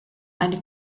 eine